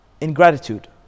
ingratitude